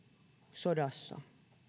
sodassa